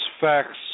facts